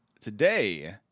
today